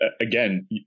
again